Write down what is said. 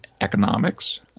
economics